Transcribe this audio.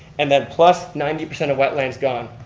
and then plus ninety percent of wetlands gone,